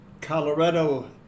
Colorado